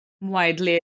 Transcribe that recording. Widely